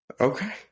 Okay